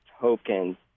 tokens